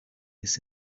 his